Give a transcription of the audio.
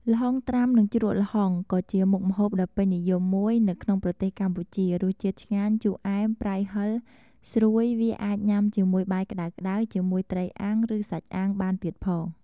ល្ហុងត្រាំនិងជ្រក់ល្ហុង ក៏ជាមុខម្ហូបដ៏ពេញនិយមមួយនៅក្នុងប្រទេសកម្ពុជារសជាតិឆ្ងាញ់ ជូរអែម ប្រៃ ហិរ ស្រួយវាអាចញ៉ាំជាមួយបាយក្តៅៗ ជាមួយត្រីអាំង ឬសាច់អាំង បានទៀតផង។